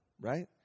right